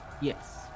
Yes